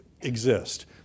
exist